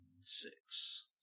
Six